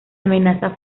amenaza